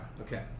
Okay